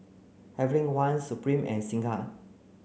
Heavenly Wang Supreme and Singha